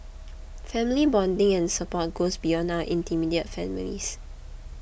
family bonding and support goes beyond our immediate families